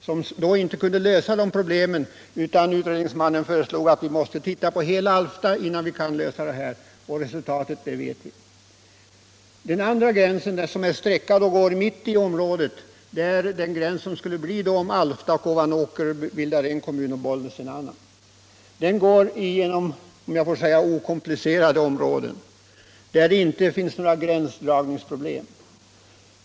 Denna kunde inte lösa problemen utan utredningsmannen föreslog att man skulle titta på hela Alfta förutvarande kommuns tillhörighet innan någon lösning var möjlig. Resultatet känner vi till. Den andra gränsen, som går mitt i området, är den gräns man skulle få om Alfta och Ovanåker bildade en kommun och Bollnäs en annan. Den gränsen går genom okomplicerade områden där det inte finns några gränsdragningsproblem.